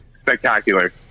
spectacular